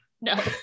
no